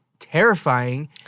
terrifying